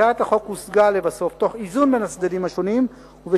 הצעת החוק הושגה לבסוף תוך איזון בין הצדדים השונים ובשיתוף